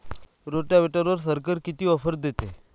रोटावेटरवर सरकार किती ऑफर देतं?